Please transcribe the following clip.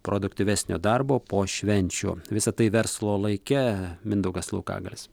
produktyvesnio darbo po švenčių visa tai verslo laike mindaugas laukagalis